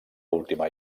última